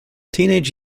teenage